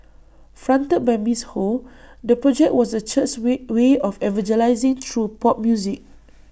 fronted by miss ho the project was the church's way way of evangelising through pop music